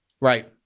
Right